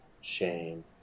Shame